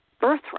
birthright